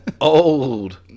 Old